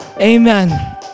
Amen